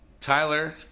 Tyler